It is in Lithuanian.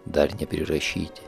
dar neprirašyti